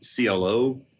clo